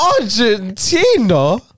Argentina